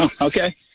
Okay